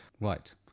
Right